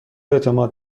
اعتماد